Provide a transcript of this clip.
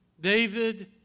David